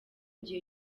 gihe